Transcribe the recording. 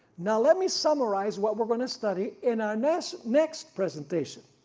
now let me summarize what we're going to study in our next next presentation.